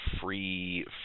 free